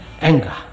anger